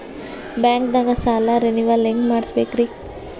ಬ್ಯಾಂಕ್ದಾಗ ಸಾಲ ರೇನೆವಲ್ ಹೆಂಗ್ ಮಾಡ್ಸಬೇಕರಿ?